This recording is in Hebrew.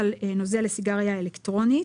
התשפ"ב-2022 (סיגריות אלקטרוניות).